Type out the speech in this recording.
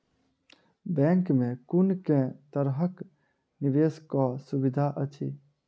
Bank मे कुन केँ तरहक निवेश कऽ सुविधा अछि?